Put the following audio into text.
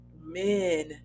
men